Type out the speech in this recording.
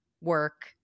work